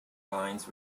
lines